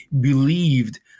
believed